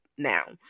Now